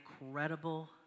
incredible